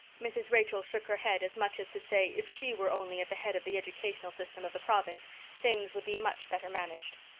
mrs. rachel shook her head, as much as to say if she were only at the head of the educational system of the province things would be much better managed.